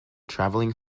travelling